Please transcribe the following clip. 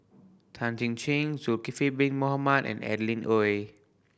Tan Chin Chin Zulkifli Bin Mohamed and Adeline Ooi